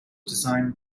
designed